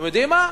אתם יודעים מה,